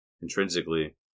intrinsically